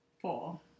Four